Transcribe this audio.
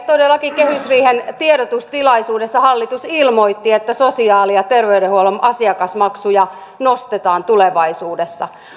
todellakin kehysriihen tiedotustilaisuudessa hallitus ilmoitti että sosiaali ja terveydenhuollon asiakasmaksuja nostetaan tulevaisuudessa